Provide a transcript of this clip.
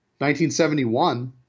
1971